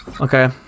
okay